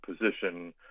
position